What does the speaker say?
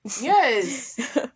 Yes